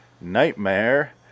Nightmare